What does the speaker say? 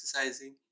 exercising